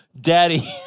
Daddy